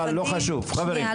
אבל לא חשוב, חברים.